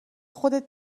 خودت